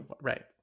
right